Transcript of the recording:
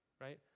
right